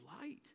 light